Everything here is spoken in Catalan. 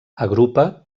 agrupa